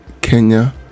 Kenya